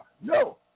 No